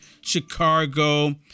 Chicago